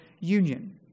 union